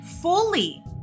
Fully